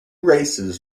racers